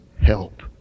help